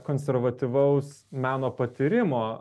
konservatyvaus meno patyrimo